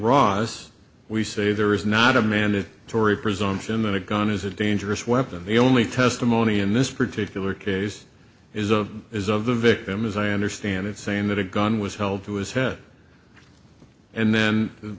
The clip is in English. ross we say there is not a man the story presumption that a gun is a dangerous weapon the only testimony in this particular case is of is of the victim as i understand it saying that a gun was held to his head and then